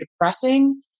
depressing